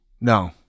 No